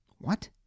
What